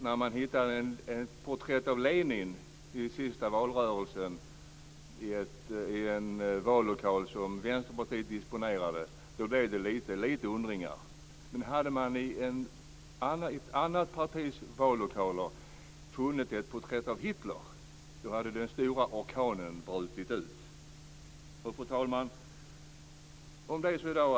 När man under den senaste valrörelsen hittade ett porträtt av Lenin i en vallokal som Vänsterpartiet disponerade blev det lite undringar. Men hade man i ett annat partis vallokaler funnit ett porträtt av Hitler hade den stora orkanen brutit ut. Fru talman!